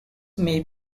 may